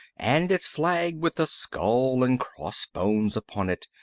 and its flag with the skull and crossbones upon it,